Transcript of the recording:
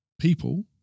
People